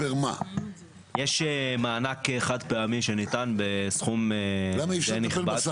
יש מענק חד פעמי שניתן בסכום די נכבד.